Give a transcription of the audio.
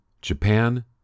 Japan